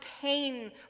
pain